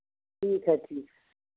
ठीक है ठीक